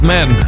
Men